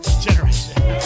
Generation